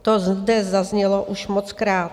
To zde zaznělo už mockrát.